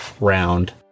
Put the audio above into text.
round